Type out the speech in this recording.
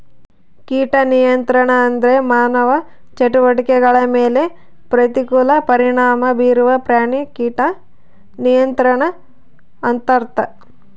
ಕೀಟ ನಿಯಂತ್ರಣ ಅಂದ್ರೆ ಮಾನವ ಚಟುವಟಿಕೆಗಳ ಮೇಲೆ ಪ್ರತಿಕೂಲ ಪರಿಣಾಮ ಬೀರುವ ಪ್ರಾಣಿ ಕೀಟ ನಿಯಂತ್ರಣ ಅಂತರ್ಥ